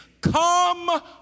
come